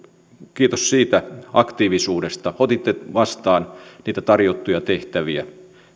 kiitos siitä aktiivisuudesta otitte vastaan niitä tarjottuja tehtäviä